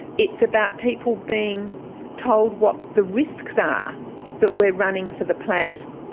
it's about people being told what the risks are that we're running for the planet.